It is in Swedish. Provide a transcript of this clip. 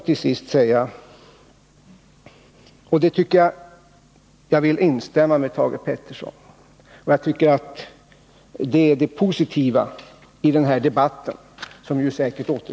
Till sist vill jag beröra en sak som Thage Peterson tog upp och som jag tycker är det positiva i den här debatten, som ju säkert återkommer.